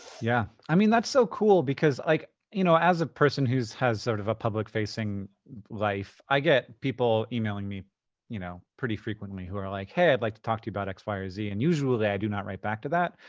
yeah. i mean, that's so cool, because like you know as a person who has has sort of a public facing life, i get people emailing me you know pretty frequently who are like, hey, i'd like to talk to you about x, y, or z. and usually i do not write back to that.